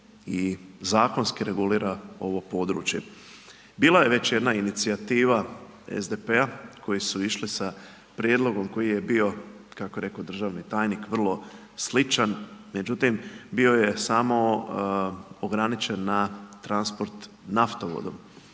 i zakonski regulira ovo područje. Bila je već jedna inicijativa SDP-a koji su išli sa prijedlogom kako je bio, kako je rekao državni tajnik, vrlo sličan, međutim, bio je samo ograničen na transport naftovodom,